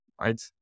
right